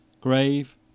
grave